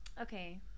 okay